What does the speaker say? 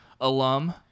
alum